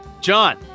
John